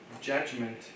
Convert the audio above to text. judgment